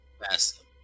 Fast